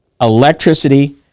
electricity